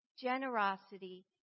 generosity